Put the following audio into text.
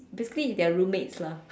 basically they're roommates lah